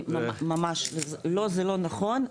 זה לא נכון,